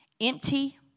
empty